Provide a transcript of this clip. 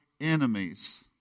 enemies